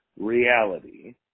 reality